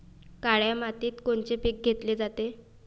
काळ्या मातीत कोनचे पिकं घेतले जाते?